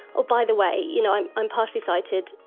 oh by the way you know i'm i'm partially sighted,